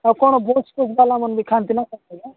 ଆଉ କ'ଣ ନା କ